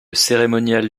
cérémonial